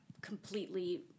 completely